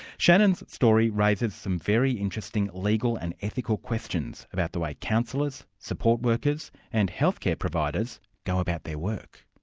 shannon's story raises some very interesting legal and ethical questions about the way counsellors, support workers and healthcare providers go about their work.